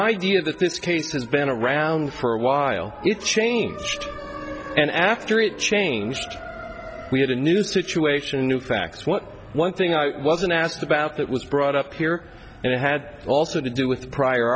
case has been around for a while it changed and after it changed we had a new situation a new facts what one thing i wasn't asked about that was brought up here and it had also to do with the prior